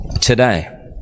today